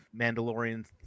mandalorian